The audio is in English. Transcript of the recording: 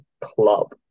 club